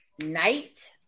night